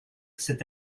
c’est